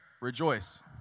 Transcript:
Rejoice